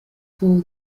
for